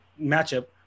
matchup